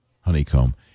Honeycomb